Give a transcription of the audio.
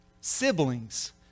siblings